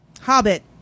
Hobbit